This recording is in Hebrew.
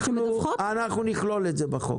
אנחנו נכלול את זה בחוק.